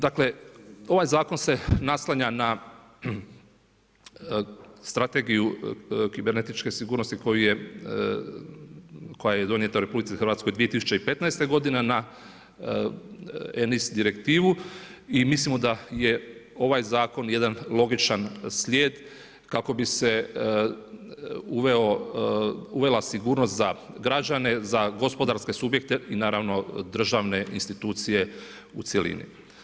Dakle, ovaj Zakon se naslanja na strategiju kibernetičke sigurnosti koja je donijeta u RH 2015. godine na NIS direktivu i mislimo da je ovaj Zakon jedan logičan slijed kako bi se uvela sigurnost za građane, za gospodarske subjekte i naravno, državne institucije u cjelini.